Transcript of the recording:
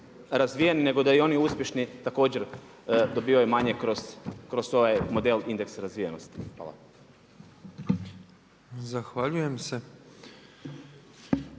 razvijene nego da i oni uspješni također dobivaju manje kroz ovaj model indeksa razvijenosti. Hvala. **Petrov,